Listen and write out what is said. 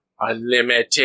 Unlimited